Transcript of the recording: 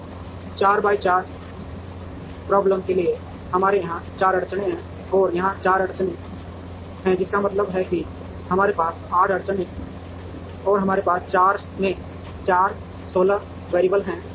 तो 4 by 4 problem के लिए हमारे यहां 4 अड़चनें हैं यहां 4 अड़चनें हैं जिसका मतलब है कि हमारे पास 8 अड़चनें हैं और हमारे पास 4 में 4 16 वैरिएबल हैं